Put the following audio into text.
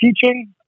teaching